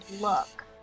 look